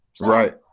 Right